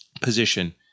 position